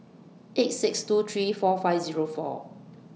eight six two three four five Zero four